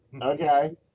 Okay